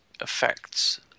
affects